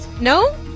No